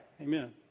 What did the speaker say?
Amen